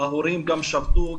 ההורים גם שבתו.